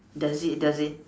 does it does it